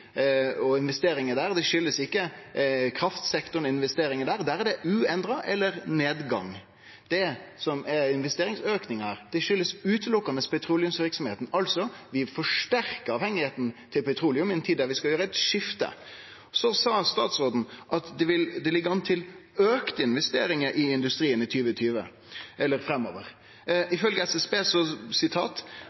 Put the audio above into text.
og investeringar der. Det kjem ikkje av kraftsektoren og investeringar der. Der er det uendra eller nedgang. Investeringsauken kjem utelukkande av petroleumsverksemda. Altså forsterkar vi avhengigheita til petroleum i ei tid da vi skal gjere eit skifte. Så sa statsråden at det ligg an til auka investeringar i industrien i 2020 eller framover. Ifølgje SSB